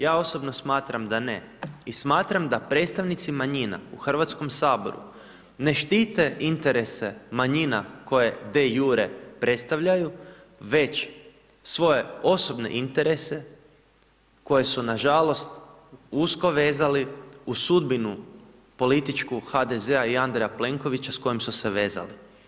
Ja osobno smatram da ne i smatram da predstavnici manjina u Hrvatskom saboru ne štite interese manjina koje de jure predstavljaju, već svoje osobne interese koje su, nažalost, usko vezali uz sudbinu političku HDZ-a i Andreja Plenkovića s kojom su se vezali.